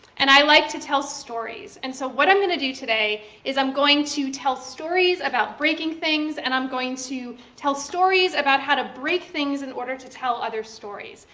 and i like to tell stories, and so what i'm going to do today is i'm going to tell stories about breaking things, and i'm going to tell stories about how to break things in order to tell other stories.